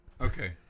Okay